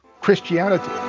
Christianity